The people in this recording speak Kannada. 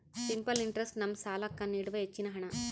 ಸಿಂಪಲ್ ಇಂಟ್ರೆಸ್ಟ್ ನಮ್ಮ ಸಾಲ್ಲಾಕ್ಕ ನೀಡುವ ಹೆಚ್ಚಿನ ಹಣ್ಣ